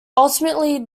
ultimately